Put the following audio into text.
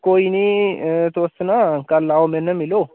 कोई निं तुस ना कल्ल आओ मेरे नै मिलो